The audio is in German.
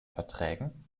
verträgen